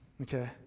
Okay